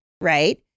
right